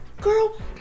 girl